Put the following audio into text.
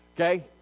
Okay